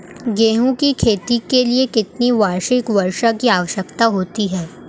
गेहूँ की खेती के लिए कितनी वार्षिक वर्षा की आवश्यकता होती है?